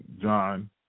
John